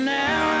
now